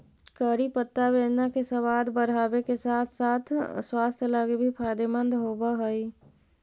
करी पत्ता व्यंजनों के सबाद बढ़ाबे के साथ साथ स्वास्थ्य लागी भी फायदेमंद होब हई